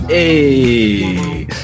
Hey